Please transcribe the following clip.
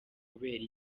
kubera